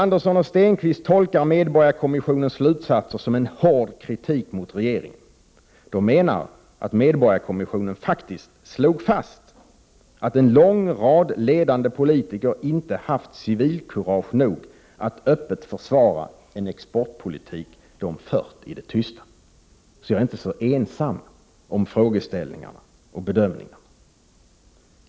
Andersson och Stenquist tolkar medborgarkommissionens slutsatser som en hård kritik mot regeringen, de menar att medborgarkommissionen faktiskt ”slog fast att en lång rad ledande politiker inte haft civilkurage nog att öppet försvara en exportpolitik de fört i det tysta”. Jag är alltså inte så ensam när det gäller frågeställningarna och bedömningarna.